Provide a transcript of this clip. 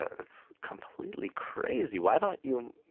that's completely crazy. why don't you,